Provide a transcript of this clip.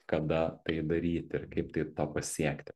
kada tai daryti ir kaip tai to pasiekti